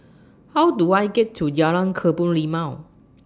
How Do I get to Jalan Kebun Limau